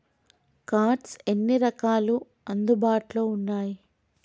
Cards ఎన్ని రకాలు అందుబాటులో ఉన్నయి?